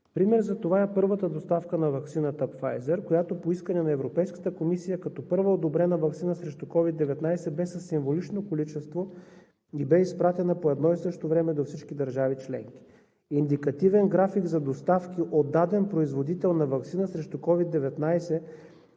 Пример за това е първата доставка на ваксината Pfizer, която по искане на Европейската комисия като първа одобрена ваксина срещу COVID-19 бе със символично количество и бе изпратена по едно и също време до всички държави членки. Индикативен график за доставки от даден производител на ваксина срещу COVID-19